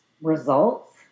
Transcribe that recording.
results